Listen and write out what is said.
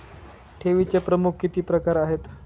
ठेवीचे प्रमुख किती प्रकार आहेत?